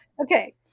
Okay